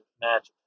magic